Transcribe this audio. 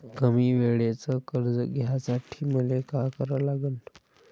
कमी वेळेचं कर्ज घ्यासाठी मले का करा लागन?